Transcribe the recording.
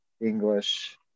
English